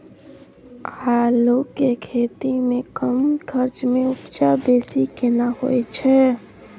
आलू के खेती में कम खर्च में उपजा बेसी केना होय है?